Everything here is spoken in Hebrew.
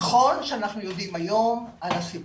נכון שאנחנו יודעים היום על הסיבוכים.